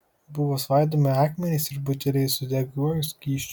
buvo svaidomi akmenys ir buteliai su degiuoju skysčiu